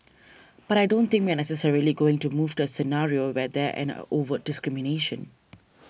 but I don't think we are necessarily going to move to a scenario where there an overt discrimination